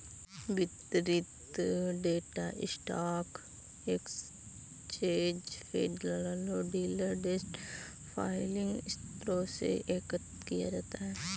वितरित data stock exchange feed, दलालों, dealer desk filing स्रोतों से एकत्र किया जाता है